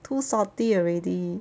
too salty already